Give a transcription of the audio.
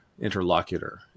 interlocutor